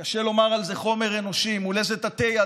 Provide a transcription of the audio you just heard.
קשה לומר על זה "חומר אנושי" מול איזה תתי-אדם,